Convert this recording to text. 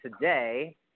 today